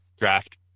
draft